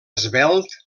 esvelt